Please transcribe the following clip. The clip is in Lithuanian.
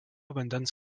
vandens